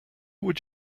would